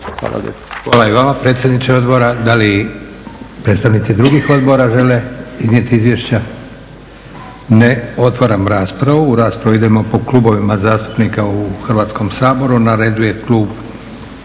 Hvala i vama predsjedniče odbora. Da li predstavnici drugih odbora žele iznijeti izvješća? Ne. Otvaram raspravu. U raspravu idemo po klubovima zastupnika u Hrvatskom saboru.